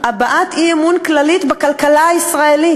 הבעת אי-אמון כללית בכלכלה הישראלית: